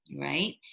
right